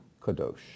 kadosh